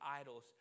idols